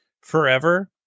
forever